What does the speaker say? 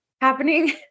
happening